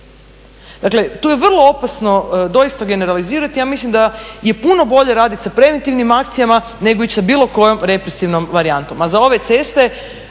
Dakle, tu je vrlo opasno doista generalizirati. Ja mislim da je puno bolje raditi sa preventivnim akcijama, nego ići sa bilo kojom represivnom varijantom. A za ove ceste,